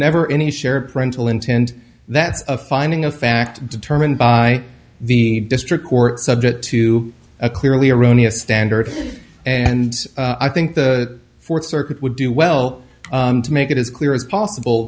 never any share parental intend that a finding of fact determined by the district court subject to a clearly erroneous standard and i think the fourth circuit would do well to make it as clear as possible